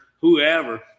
whoever